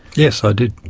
yes, i did.